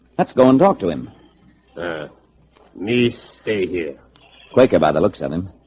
let's go and talk to him me stay here quaker by the looks at him.